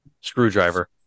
Screwdriver